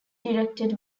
directed